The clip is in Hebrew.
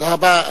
תודה רבה.